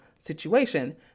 Situation